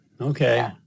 Okay